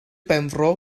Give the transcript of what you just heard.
benfro